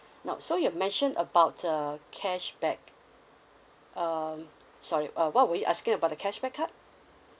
now so you've mentioned about the cashback um sorry uh what were you asking about the cashback card